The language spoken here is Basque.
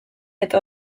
eta